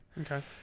okay